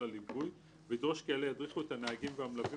הליווי וידרוש כי אלה ידריכו את הנהגים והמלווים,